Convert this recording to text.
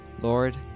Lord